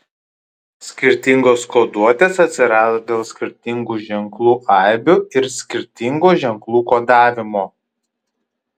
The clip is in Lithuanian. skirtingos koduotės atsirado dėl skirtingų ženklų aibių ir skirtingo ženklų kodavimo